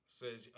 says